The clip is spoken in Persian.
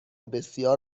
بسیار